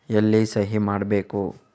ಎಲ್ಲಿ ಸಹಿ ಮಾಡಬೇಕು?